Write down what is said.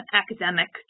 academic